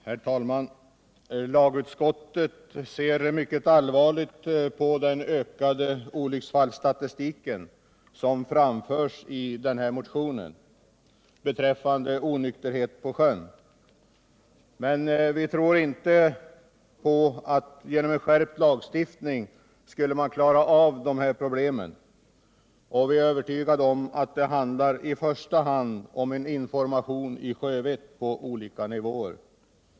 Herr talman! Lagutskottet ser mycket allvarligt på den ökade olycksfallsstatistiken som framförs i motionen beträffande onykterhet på sjön, men vi tror inte på att man skulle klara av dessa problem genom en skärpt lagstiftning. Vi är övertygade om att det i första hand handlar om en information i sjövett på olika nivåer.